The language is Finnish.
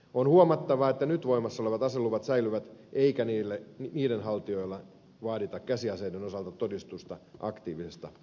on huomattava että nyt voimassa olevat aseluvat säilyvät eikä niiden haltijoilta vaadita käsiaseiden osalta todistusta aktiivisesta ampumaharrastuksesta